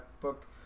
book